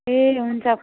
ए हुन्छ